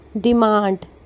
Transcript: Demand